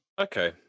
Okay